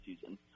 season